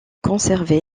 conservé